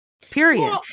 period